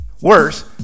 Worse